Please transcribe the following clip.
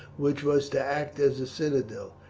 which was to act as a citadel,